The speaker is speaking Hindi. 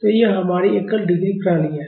तो यह हमारी एकल डिग्री प्रणाली है